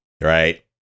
Right